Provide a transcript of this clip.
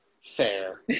Fair